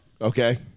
Okay